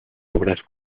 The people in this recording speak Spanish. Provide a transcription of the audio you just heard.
obras